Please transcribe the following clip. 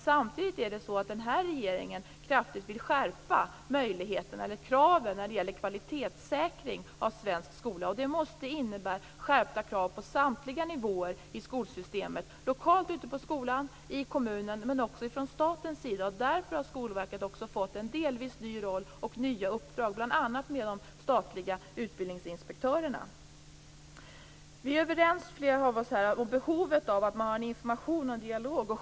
Samtidigt är det så att den här regeringen kraftigt vill skärpa möjligheterna eller kraven när det gäller kvalitetssäkring av svensk skola. Det måste innebära skärpta krav på samtliga nivåer i skolsystemet - lokalt ute på skolan, i kommunen men också från statens sida. Därför har Skolverket också fått en delvis ny roll och nya uppdrag. Det gäller bl.a. de statliga utbildningsinspektörerna. Flera av oss här är överens om behovet av att ha information och dialog.